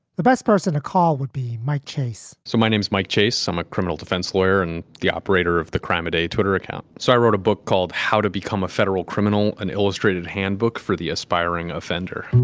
the best person to call would be my chase so my name is mike chase. i'm a criminal defense lawyer and the operator of the crime at a twitter account. so i wrote a book called how to become a federal criminal an illustrated handbook for the aspiring offender.